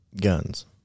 guns